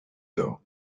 though